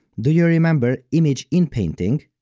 do you remember image inpainting?